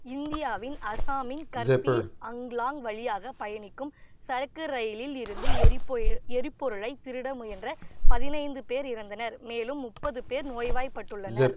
இந்தியாவின் அசாமின் கர்பி அங்லாங் வழியாக பயணிக்கும் சரக்கு ரயிலில் இருந்து எரிபொ எரிபொருளைத் திருட முயன்ற பதினைந்து பேர் இறந்தனர் மேலும் முப்பது பேர் நோய்வாய்ப்பட்டுள்ளனர்